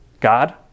God